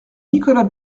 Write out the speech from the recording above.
nicolas